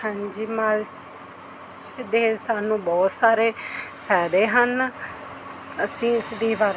ਹਾਂਜੀ ਮਲਚ ਦੇ ਸਾਨੂੰ ਬਹੁਤ ਸਾਰੇ ਫਾਇਦੇ ਹਨ ਅਸੀਂ ਇਸ ਦੀ ਵਰਤੋਂ